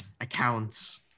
accounts